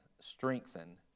strengthen